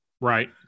right